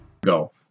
Go